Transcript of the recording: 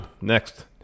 Next